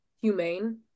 humane